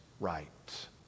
right